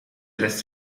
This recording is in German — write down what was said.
lässt